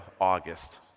August